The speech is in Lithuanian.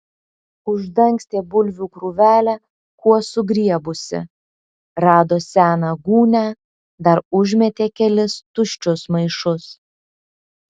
uždangstė bulvių krūvelę kuo sugriebusi rado seną gūnią dar užmetė kelis tuščius maišus